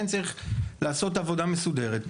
כן צריך לעשות עבודה מסודרת,